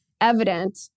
evident